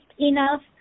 enough